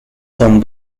son